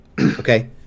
Okay